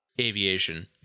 aviation